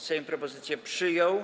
Sejm propozycję przyjął.